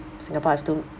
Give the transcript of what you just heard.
singapore has too